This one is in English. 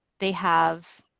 they have